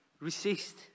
resist